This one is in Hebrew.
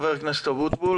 חבר הכנסת אבוטבול,